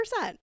100%